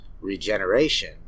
regeneration